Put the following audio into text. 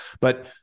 But-